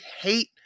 hate